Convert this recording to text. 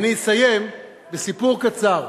אני אסיים בסיפור קצר.